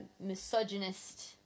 misogynist